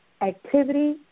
activity